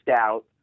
out